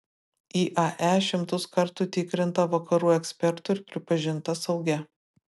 iae šimtus kartų tikrinta vakarų ekspertų ir pripažinta saugia